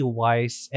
wise